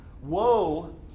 Woe